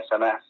SMS